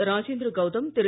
Rajendra Gautam Thiru